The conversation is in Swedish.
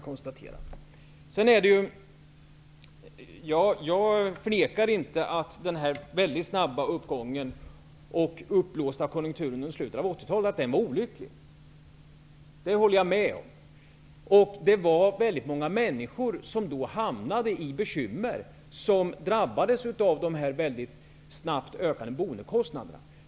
Jag förnekar inte att den mycket snabba upp gången och den uppblåsta konjunkturen under slutet av 80-talet var olyckliga. Det håller jag med om. Det var väldigt många människor som då hamnade i bekymmer och drabbades av mycket snabbt ökade boendekostnader.